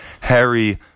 Harry